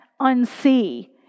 unsee